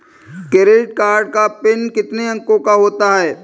Credit card का PIN कितने अंकों का होता है?